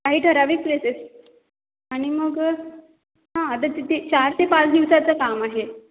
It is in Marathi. काही ठराविक प्लेसेस आणि मग हां तं तिथे चार ते पाच दिवसाचं काम आहे